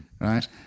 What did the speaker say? right